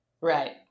Right